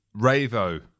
Ravo